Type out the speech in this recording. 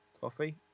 coffee